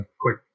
quick